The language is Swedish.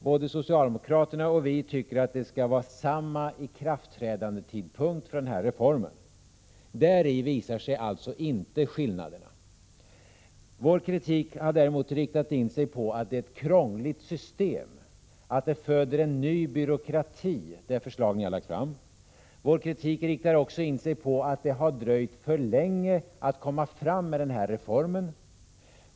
Både socialdemokraterna och vi tycker att det skall vara samma ikraftträdandetidpunkt för reformen. Däri visar sig alltså inte skillnaderna. Vår kritik har däremot riktat in sig på att det är ett krångligt system, att det förslag som lagts fram föder en ny byråkrati. Vår kritik riktar sig mot att det har dröjt för länge med reformförslaget.